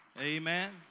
Amen